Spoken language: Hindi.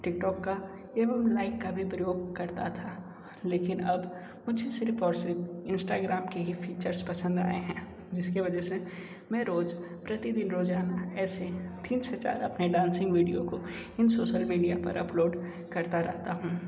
टिकटॉक का एवं लाइक का भी प्रयोग करता था लेकिन अब मुझे सिर्फ और सिर्फ इंस्टाग्राम के ही फीचर्स पसंद आएं हैं जिसकी वजह से मैं रोज प्रतिदिन रोजाना ऐसे तीन से चार अपने डांसिंग वीडियो को इन सोशल मिडिया पर अपलोड करता रहता हूँ